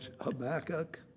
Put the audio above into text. Habakkuk